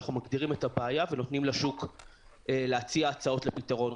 אנחנו מגדירים את הבעיה ונותנים לשוק להציע הצעות לפתרון.